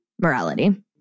morality